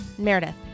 Meredith